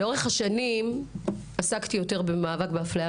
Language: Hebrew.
לאורך השנים עסקתי יותר במאבק בהפליה